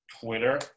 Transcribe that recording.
Twitter